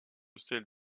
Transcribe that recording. celle